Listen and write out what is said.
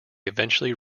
eventually